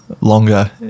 longer